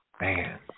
Man